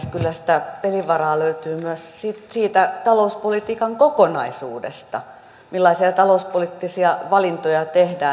kyllä sitä pelivaraa löytyy myös siitä talouspolitiikan kokonaisuudesta millaisia talouspoliittisia valintoja tehdään